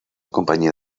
compañía